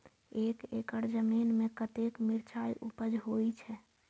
एक एकड़ जमीन में कतेक मिरचाय उपज होई छै?